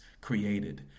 created